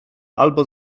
albo